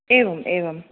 एवम् एवम्